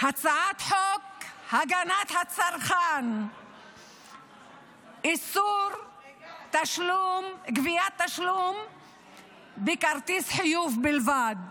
הצעת חוק הגנת הצרכן (איסור גביית תשלום בכרטיס חיוב בלבד)